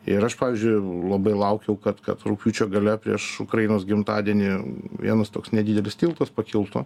ir aš pavyzdžiui labai laukiau kad kad rugpjūčio gale prieš ukrainos gimtadienį vienas toks nedidelis tiltas pakiltų